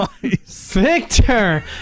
Victor